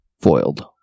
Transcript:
foiled